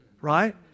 right